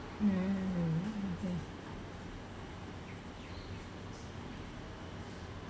mm